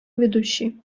ведущий